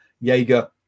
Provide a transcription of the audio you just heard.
Jaeger